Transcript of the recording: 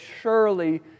surely